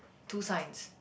two signs